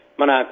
mana